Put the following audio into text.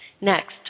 Next